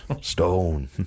stone